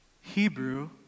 Hebrew